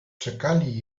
czekali